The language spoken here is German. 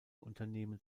unternehmen